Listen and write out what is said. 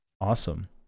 awesome